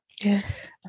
yes